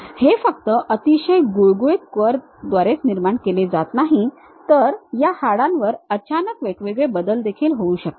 हे फक्त अतिशय गुळगुळीत कर्व द्वारेच निर्माण केले जात नाही तर या हाडांवर अचानक वेगवेगळे बदल देखील होऊ शकतात